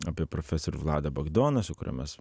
apie profesorių vladą bagdoną su kuriuo mes